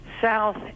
south